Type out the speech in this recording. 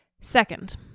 Second